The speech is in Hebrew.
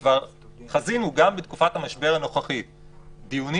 נניח חזינו גם בתקופת המשבר הנוכחי דיונים